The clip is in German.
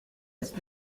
ist